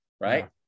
right